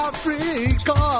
Africa